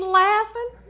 laughing